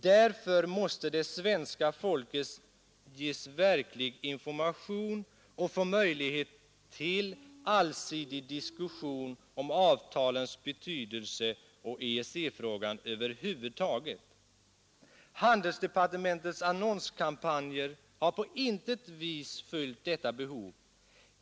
Därför måste det information och få möjlighet till allsidig diskussion om avtalens betydelse och EEC-frågan över huvud taget. Handelsdepartementets annonskampanjer har på intet vis fyllt detta behov.